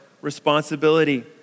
responsibility